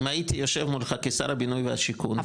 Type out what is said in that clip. אם הייתי יושב מולך כשר הבינוי והשיכון,